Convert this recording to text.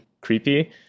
creepy